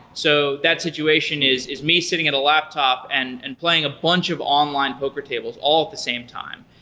so that situation is is me sitting at a laptop and and playing a bunch of online poker tables all at the same time.